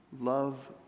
love